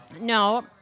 No